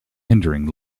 hindering